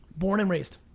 born and raised?